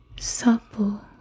supple